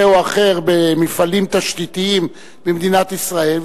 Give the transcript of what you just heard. או אחר במפעלים תשתיתיים במדינת ישראל,